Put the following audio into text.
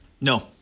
No